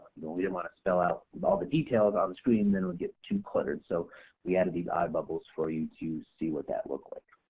know we didn't want to spell out all the details on the screen then it would get too cluttered, so we added these i bubbles for you to see what that look like.